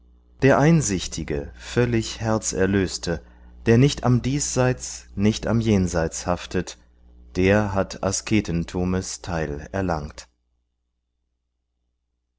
der einsichtige völlig herzerlöste der nicht am diesseits nicht am jenseits haftet der hat asketentumes teil erlangt